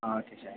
ah okay sir